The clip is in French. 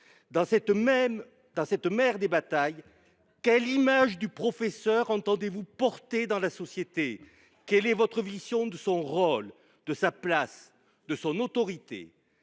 Dans cette « mère des batailles », quelle image du professeur entendez vous porter dans la société ? Quelle est votre vision de son rôle, de sa place, de son autorité ?